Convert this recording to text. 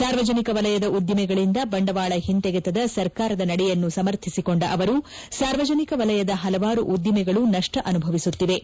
ಸಾರ್ವಜನಿಕ ವಲಯದ ಉದ್ದಿಮೆಗಳಿಂದ ಬಂಡವಾಳ ಹಿಂತೆಗೆತದ ಸರ್ಕಾರದ ನಡೆಯನ್ನು ಸಮರ್ಥಿಸಿಕೊಂಡ ಅವರು ಸಾರ್ವಜನಿಕ ವಲಯದ ಹಲವಾರು ಉದ್ದಿಮೆಗಳು ನಷ್ಪ ಅನುಭವಿಸುತ್ತಿವೆ